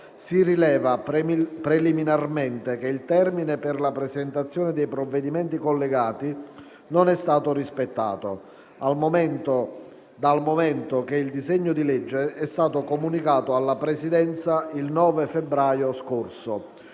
si rileva preliminarmente che il termine per la presentazione dei provvedimenti collegati non è stato rispettato, dal momento che il disegno di legge è stato comunicato alla Presidenza il 9 febbraio scorso.